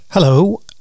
Hello